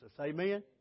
Amen